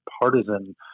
partisan